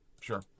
Sure